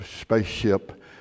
spaceship